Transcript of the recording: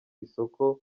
isoko